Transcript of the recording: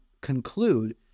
conclude